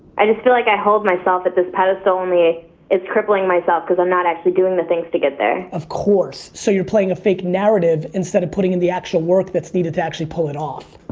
i just feel like i hold myself at this pedestal only it's crippling myself cause i'm not actually doing the things to get there. of course so you're playing a fake narrative instead of putting in the actual work that's needed to actually pull it off.